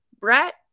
Brett